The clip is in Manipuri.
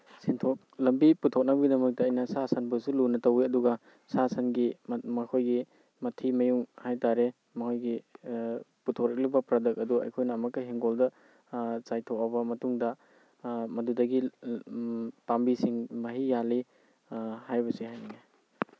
ꯁꯦꯟꯊꯣꯛ ꯂꯝꯕꯤ ꯄꯨꯊꯣꯛꯅꯕꯒꯤꯗꯃꯛꯇ ꯑꯩꯅ ꯁꯥ ꯁꯟꯕꯨꯁꯨ ꯂꯨꯅ ꯇꯧꯏ ꯑꯗꯨꯒ ꯁꯥ ꯁꯟꯒꯤ ꯃꯈꯣꯏꯒꯤ ꯃꯊꯤ ꯃꯌꯨꯡ ꯍꯥꯏꯇꯥꯔꯦ ꯃꯈꯣꯏꯒꯤ ꯄꯨꯊꯣꯔꯛꯂꯤꯕ ꯄ꯭꯭ꯔꯗꯛ ꯑꯗꯨ ꯑꯩꯈꯣꯏꯅ ꯑꯃꯨꯛꯀ ꯍꯤꯡꯒꯣꯜꯗ ꯆꯥꯏꯊꯣꯛꯑꯕ ꯃꯇꯨꯡꯗ ꯃꯗꯨꯗꯒꯤ ꯄꯥꯝꯕꯤꯁꯤꯡ ꯃꯍꯩ ꯌꯥꯜꯂꯤ ꯍꯥꯏꯕꯁꯤ ꯍꯥꯏꯅꯤꯡꯏ